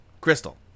Crystal